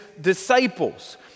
disciples